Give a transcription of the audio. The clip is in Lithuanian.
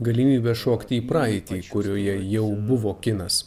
galimybė šokti į praeitį kurioje jau buvo kinas